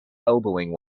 elbowing